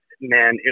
man